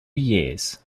years